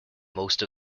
most